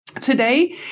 Today